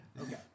Okay